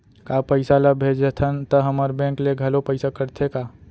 का पइसा ला भेजथन त हमर बैंक ले घलो पइसा कटथे का?